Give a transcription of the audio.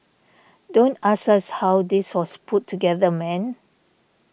don't ask us how this was put together man